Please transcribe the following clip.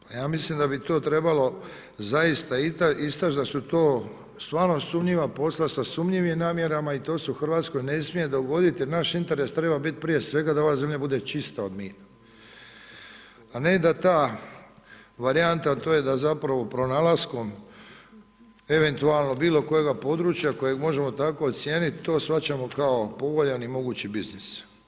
A ja mislim da bi to trebalo zaista istaći da su to stvarno sumnjiva posla sa sumnjivim namjerama i to se u Hrvatskoj ne smije dogoditi, naš interes treba biti prije svega da ova zemlja bude čista od mina a ne da ta varijanta a to je da zapravo pronalaskom eventualno bilokojega područja kojeg možemo tako ocijeniti, to shvaćamo kao povoljan i mogući biznis.